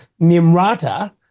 Nimrata